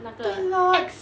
对咯